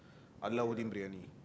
Alauddin-Briyani